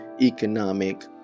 economic